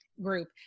group